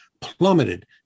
plummeted